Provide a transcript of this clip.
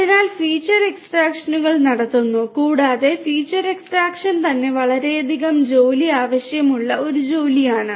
അതിനാൽ ഫീച്ചർ എക്സ്ട്രാക്ഷനുകൾ നടത്തുന്നു കൂടാതെ ഫീച്ചർ എക്സ്ട്രാക്ഷൻ തന്നെ വളരെയധികം ജോലി ആവശ്യമുള്ള ഒരു ജോലിയാണ്